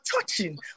touching